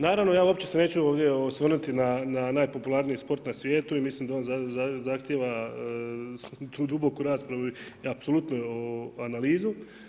Naravno ja se uopće neću ovdje osvrnuti na najpopularniji sport na svijetu i mislim da on zahtjeva tu duboku raspravu i apsolutnu analizu.